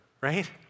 right